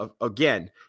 Again